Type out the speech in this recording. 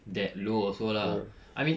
that low also lah I mean